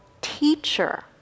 teacher